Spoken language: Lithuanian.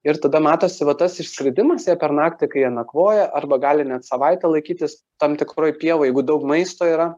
ir tada matosi va tas išskridimas jie per naktį kai jie nakvoja arba gali net savaitę laikytis tam tikroj pievoj jeigu daug maisto yra